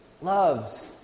loves